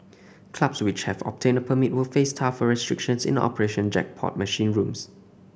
clubs which have obtained a permit will face tougher restrictions in operating jackpot machine rooms